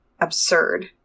absurd